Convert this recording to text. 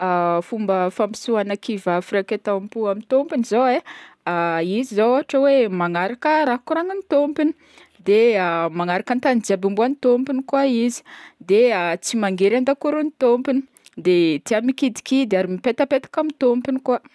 Fomba fampiseogna kivà firakentam-po amy tômpony zao e, izy zao manaraka raha koragnin'ny tômpony, de manaraka tany jiaby homban'ny tômpony koa izy, de tsy mangery an-dakorin'ny tômpony, de tià mikidikidy ary mipetapetaka amin'ny tômpony koa.